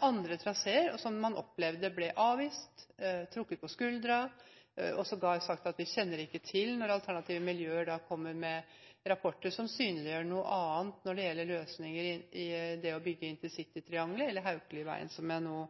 andre traseer, som man opplevde ble avvist, og som det ble trukket på skuldrene av. Det blir sågar sagt at man ikke kjenner til det når alternative miljøer kom med rapporter som synliggjør noe annet når det gjelder løsninger for å bygge intercitytriangelet, eller Haukeli-veien, som jeg nå